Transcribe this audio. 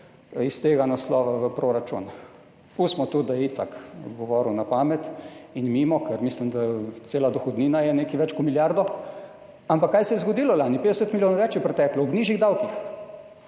iz tega naslova v proračun. Pustimo to, da je itak govoril na pamet in mimo, ker mislim, da je cela dohodnina nekaj več kot milijardo. Ampak kaj se je zgodilo lani? 50 milijonov več je priteklo ob nižjih davkih.